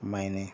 میں نے